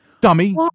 Dummy